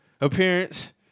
appearance